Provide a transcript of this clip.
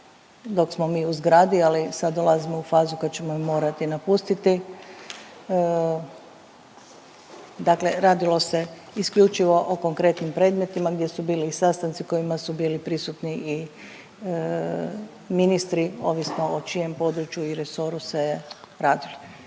dok smo mi u zgradi, ali sada dolazimo u fazu kad ćemo je morati napustiti, dakle radilo se isključivo o konkretnim predmetima gdje su bili sastanci u kojima su bili prisutni i ministri ovisno o čijem području i resoru se je radilo.